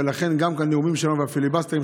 ולכן גם מהנאומים שלנו ומהפיליבסטרים,